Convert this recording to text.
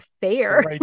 fair